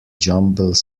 jumble